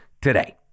today